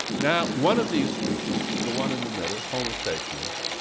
now, one of these species, the one in the middle, homo sapiens,